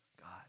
God